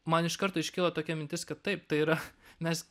man iš karto iškilo tokia mintis kad taip tai yra mes